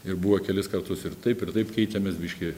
ir buvo kelis kartus ir taip ir taip keitėmės biški